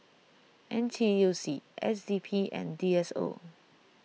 N T U C S D P and D S O